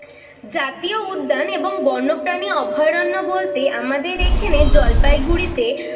জাতীয় উদ্যান এবং বন্যপ্রাণী অভয়ারণ্য বলতে আমাদের এখানে জলপাইগুড়িতে